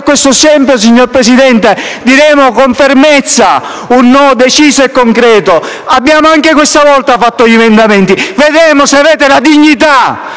questo scempio, signor Presidente, diremo con fermezza un no deciso e concreto. Abbiamo anche questa volta presentato emendamenti e vedremo se avrete la dignità